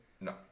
No